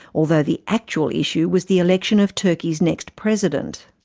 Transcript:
although the actual issue was the election of turkey's next president.